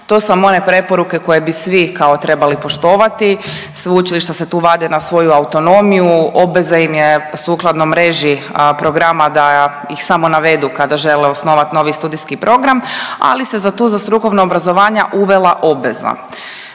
to su vam one preporuke koje bi svi kao trebali poštovati, sveučilišta se tu vade na svoju autonomiju, obveza im je sukladno mreži programa da ih samo navedu kada žele osnovat novi studijski program, ali se za tu za strukovna obrazovanja uvela obveza.